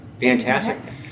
Fantastic